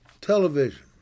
television